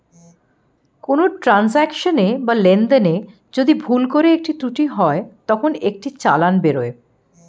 কোনো ট্রান্সাকশনে বা লেনদেনে যদি ভুল করে ত্রুটি হয় তখন একটা চালান বেরোয়